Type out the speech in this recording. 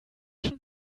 schon